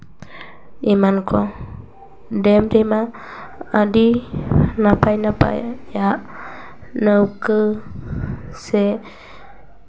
ᱮᱢᱟᱱ ᱠᱚ ᱰᱮᱢ ᱨᱮᱢᱟ ᱟᱹᱰᱤ ᱱᱟᱯᱟᱭ ᱱᱟᱯᱟᱭ ᱭᱟᱜ ᱱᱟᱹᱣᱠᱟᱹ ᱥᱮ